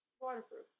waterproof